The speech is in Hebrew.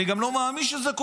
אני גם לא מאמין שזה קורה.